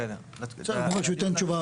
בסדר הוא אמר שהוא ייתן תשובה